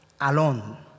alone